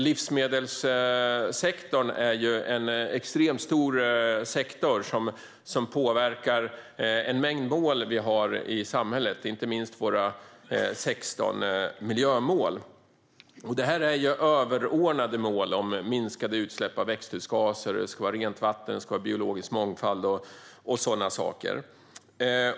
Livsmedelssektorn är en extremt stor sektor som påverkar en mängd mål vi har i samhället, inte minst våra 16 miljömål. Det är överordnade mål om minskade utsläpp av växthusgaser, rent vatten, biologisk mångfald och sådana saker.